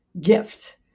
gift